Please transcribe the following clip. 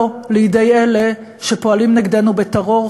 לא לידי אלה שפועלים נגדנו בטרור,